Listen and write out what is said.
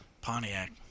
Pontiac